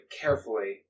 carefully